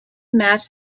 match